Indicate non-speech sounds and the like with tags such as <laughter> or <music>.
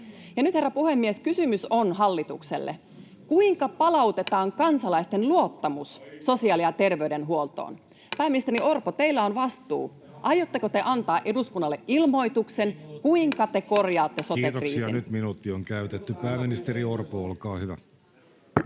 Nyt, herra puhemies, kysymys on hallitukselle: kuinka palautetaan kansalaisten luottamus sosiaali- ja terveydenhuoltoon? <noise> Pääministeri Orpo, teillä on vastuu. Aiotteko te antaa eduskunnalle ilmoituksen, <noise> kuinka te korjaatte sote-kriisin? Kiitoksia. Nyt minuutti on käytetty. — Pääministeri Orpo, olkaa hyvä.